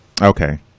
okay